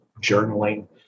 journaling